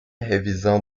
revisão